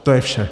To je vše.